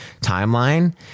timeline